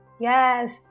Yes